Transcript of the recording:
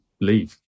leave